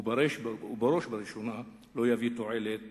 בראש ובראשונה לא יביא תועלת